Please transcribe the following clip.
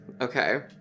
Okay